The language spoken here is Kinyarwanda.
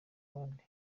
abandi